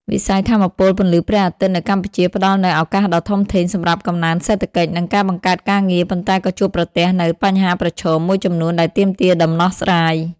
វិស័យថាមពលពន្លឺព្រះអាទិត្យនៅកម្ពុជាផ្តល់នូវ ឱកាសដ៏ធំធេង សម្រាប់កំណើនសេដ្ឋកិច្ច និងការបង្កើតការងារ ប៉ុន្តែក៏ជួបប្រទះនូវ បញ្ហាប្រឈម មួយចំនួនដែលទាមទារដំណោះស្រាយ។